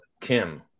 Kim